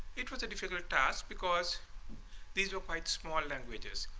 it was a difficult task because these were quite small languages.